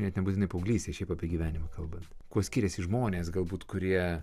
net nebūtinai paauglystėj šiaip apie gyvenimą kalbant kuo skiriasi žmonės galbūt kurie